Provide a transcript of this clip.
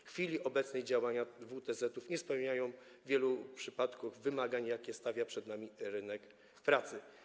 W chwili obecnej działania WTZ-ów nie spełniają w wielu przypadkach wymagań, jakie stawia przed nami rynek pracy.